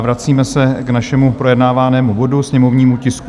Vracíme se k našemu projednávanému bodu, sněmovnímu tisku 462.